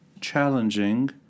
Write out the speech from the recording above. challenging